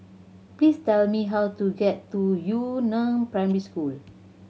please tell me how to get to Yu Neng Primary School